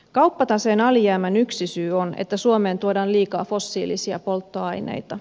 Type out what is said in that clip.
kauppataseen alijäämän yksi syy on että suomeen tuodaan liikaa fossiilisia polttoaineita